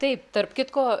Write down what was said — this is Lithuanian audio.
taip tarp kitko